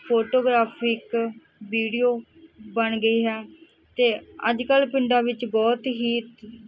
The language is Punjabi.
ਫੋਟੋਗ੍ਰਾਫੀ ਇੱਕ ਵੀਡੀਓ ਬਣ ਗਿਆ ਅਤੇ ਅੱਜ ਕੱਲ੍ਹ ਪਿੰਡਾਂ ਵਿੱਚ ਬਹੁਤ ਹੀ ਬਹੁਤ ਹੀ